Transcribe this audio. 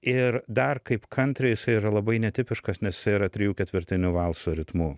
ir dar kaip kantri isai yra labai netipiškas nes isai yra trijų ketvirtinių valso ritmu